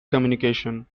communication